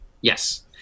Yes